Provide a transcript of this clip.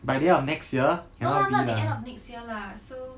by the end of next year cannot be lah